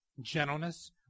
gentleness